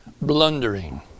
Blundering